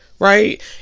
Right